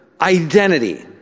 identity